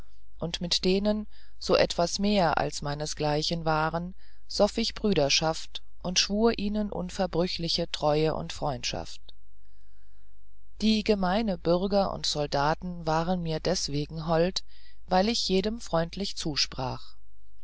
und mit denen so etwas mehr als meinesgleichen waren soff ich brüderschaft und schwur ihnen unverbrüchliche treue und freundschaft die gemeine bürger und soldaten waren mir deswegen hold weil ich jedem freundlich zusprach